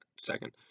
second